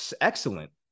excellent